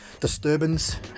disturbance